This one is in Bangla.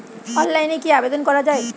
অনলাইনে কি আবেদন করা য়ায়?